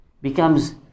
Becomes